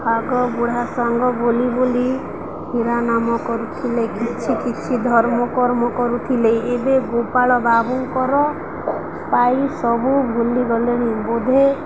ଆଗ ବୁଢ଼ା ସାଙ୍ଗ ବୋଲି ବୋଲି ବୋଲି ହୀର ନାମ କରୁଥିଲେ କିଛି କିଛି ଧର୍ମକ୍ମ କରୁଥିଲେ ଏବେ ଗୋପାଳ ବାବୁଙ୍କର ପାଇ ସବୁ ଭୁଲିଗଲେଣି ବୋଧେ